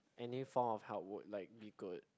any form of help would like be good